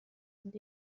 sind